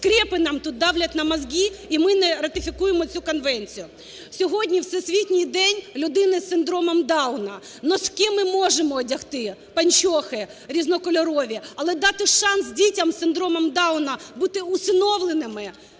"скрепы нам тут давят на мозги" і ми не ратифікуємо цю конвенцію?! Сьогодні Всесвітній день людини з синдромом Дауна. Носки ми можемо одягти, панчохи різнокольорові, але дати шанс дітям з синдромом Дауна бути усиновленими